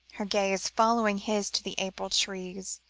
her gaze following his to the april trees,